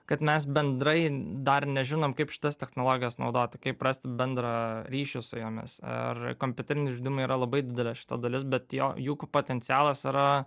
kad mes bendrai dar nežinom kaip šitas technologijas naudoti kaip rasti bendrą ryšį su jomis ir kompiuteriniai žaidimai yra labai didelė šito dalis bet jo jų potencialas yra